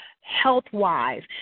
health-wise